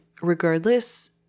regardless